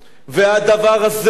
והדבר הזה,